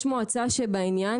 יש מועצה שבעניין,